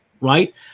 Right